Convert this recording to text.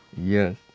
Yes